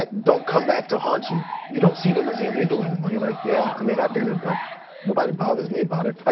like don't come back to haunt you. you don't see them as illegal anymore. you're like yeah, i mean, i did it, but nobody bothers me about it.